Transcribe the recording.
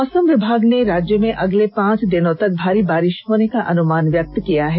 मौसम विभाग ने राज्य में अगले पांच दिनों तक भारी बारिश होने का अनुमान व्यक्त किया है